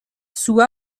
sous